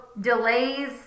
delays